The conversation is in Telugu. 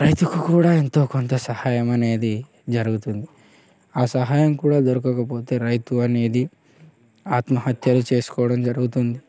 రైతుకు కూడా ఎంతో కొంత సహాయం అనేది జరుగుతుంది ఆ సహాయం కూడా దొరకకపోతే రైతు అనేది ఆత్మహత్యలు చేసుకోవడం జరుగుతుంది